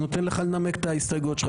אני נותן לך לנמק את ההסתייגויות שלך.